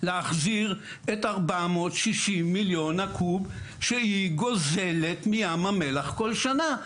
להחזיר את 460 מיליון הקוב שהיא גוזלת מים המלח כל שנה,